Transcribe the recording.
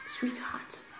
Sweetheart